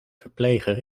verpleger